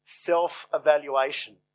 self-evaluation